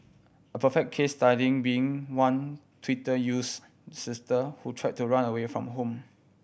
a perfect case study being one Twitter use sister who tried to run away from home